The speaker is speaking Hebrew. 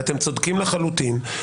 ואתם צודקים לחלוטין,